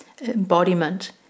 embodiment